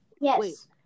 Yes